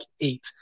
eight